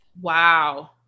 Wow